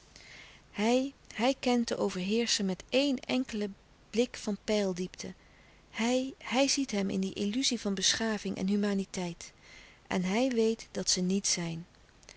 hij hij kent den overheerscher met eén enkelen blik van peildiepte hij hij ziet hem in die illuzie van beschaving en humaniteit en hij weet dat ze niet zijn